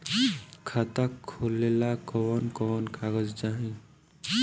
खाता खोलेला कवन कवन कागज चाहीं?